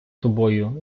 тобою